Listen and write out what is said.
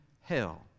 hell